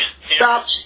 Stop